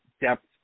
depth